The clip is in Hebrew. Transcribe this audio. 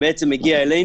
על סדר היום